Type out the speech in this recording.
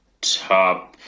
top